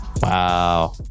Wow